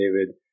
David